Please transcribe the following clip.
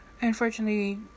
unfortunately